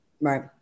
right